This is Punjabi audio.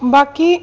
ਬਾਕੀ